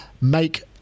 make